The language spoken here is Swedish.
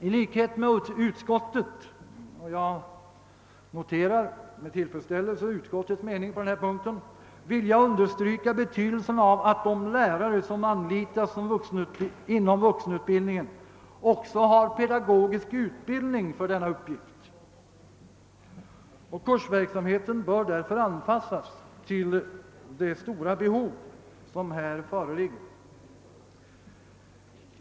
I likhet med utskottet — jag noterar med tillfredsställelse utskottets inställning på denna punkt — vill jag understryka betydelsen av att de lärare som anlitas inom vuxenutbildningen också har pedagogisk utbildning för denna uppgift. Kursverksamheten bör anpassas till det stora behov som här föreligger.